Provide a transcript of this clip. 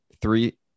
three